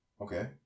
Okay